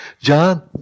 John